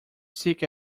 seek